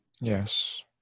Yes